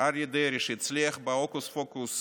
אריה דרעי, הצליח בהוקוס פוקוס